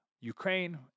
Ukraine